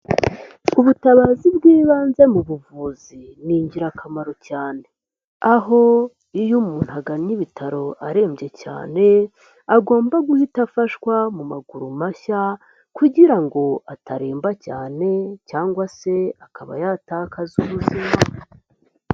Ubutabazi bw'ibanze mu buvuzi ni ingirakamaro cyane. Aho iyo umuntu agannye ibitaro arembye cyane, agomba guhita afashwa mu maguru mashya kugira ngo ataremba cyane cyangwa se akaba yatakaza ubuzima.